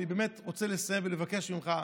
אני באמת רוצה לסיים ולבקש ממך: